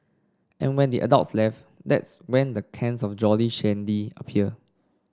and when the adults left that's when the cans of Jolly Shandy appear